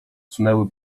sunęły